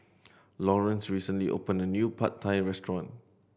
Lawrence recently opened a new Pad Thai Restaurant